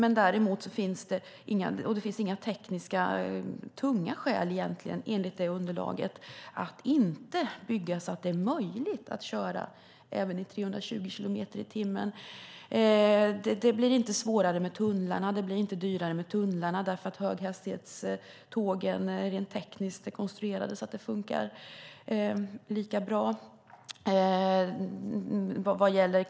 Enligt underlaget finns det inte heller några tunga tekniska skäl för att inte bygga så att det är möjligt att köra även i 320 kilometer i timmen. Det blir inte svårare eller dyrare med tunnlarna eftersom höghastighetstågen rent tekniskt är konstruerade så att det fungerar lika bra.